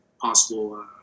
possible